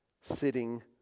sitting